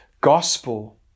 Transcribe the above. gospel